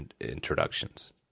introductions